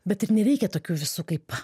bet ir nereikia tokių visų kaip